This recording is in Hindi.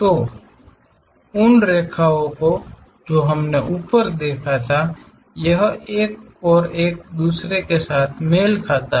तो उन रेखाओ को जो हमने ऊपर देखा है यह एक और यह एक दूसरे के साथ मेल खाता है